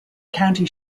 county